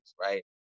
right